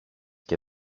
και